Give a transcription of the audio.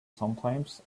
sometimes